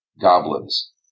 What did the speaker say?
goblins